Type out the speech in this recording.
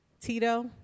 Tito